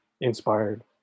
inspired